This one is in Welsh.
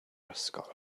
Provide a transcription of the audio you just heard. ysgol